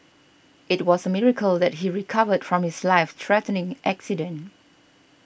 it was miracle that he recovered from his life threatening accident